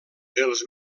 els